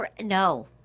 no